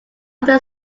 often